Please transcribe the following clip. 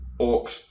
Orcs